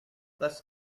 that’s